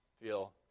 feel